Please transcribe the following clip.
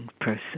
person